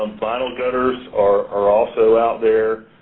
vinyl gutters are also out there,